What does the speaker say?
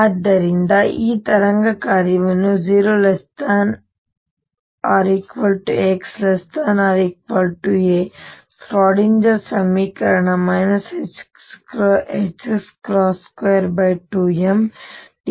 ಆದ್ದರಿಂದ ಈಗ ತರಂಗ ಕಾರ್ಯವನ್ನು 0≤x≤a ಶ್ರೋಡಿಂಗರ್ ಸಮೀಕರಣ 22md2dxVEψ ನಿರ್ಧರಿಸುತ್ತದೆ